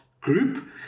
group